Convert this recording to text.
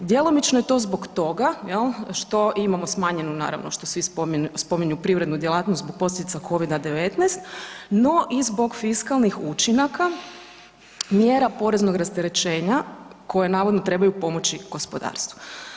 Djelomično je to zbog toga je li, što imamo smanjenu, naravno, što svi spominju privrednu djelatnost, zbog posljedica Covida-19 no i zbog fiskalnih učinaka mjera poreznog rasterećenja koje navodno trebaju pomoći gospodarstvu.